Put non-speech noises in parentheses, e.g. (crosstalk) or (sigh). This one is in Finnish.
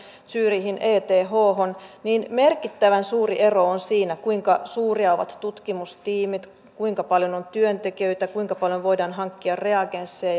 zurichin ethhon niin merkittävän suuri ero on siinä kuinka suuria ovat tutkimustiimit kuinka paljon on työntekijöitä kuinka paljon voidaan hankkia reagenssejä (unintelligible)